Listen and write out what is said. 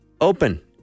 open